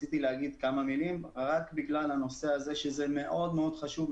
רציתי לומר כמה מילים רק בגלל הנושא הזה שזה מאוד חשוב,